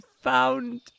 found